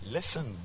Listen